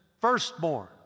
firstborn